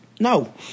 No